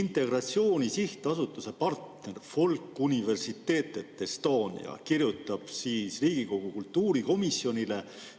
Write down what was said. Integratsiooni Sihtasutuse partner Folkuniversitetet Estonia kirjutab Riigikogu kultuurikomisjonile,